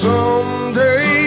Someday